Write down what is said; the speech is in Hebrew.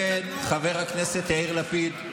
אומר חבר הכנסת יאיר לפיד,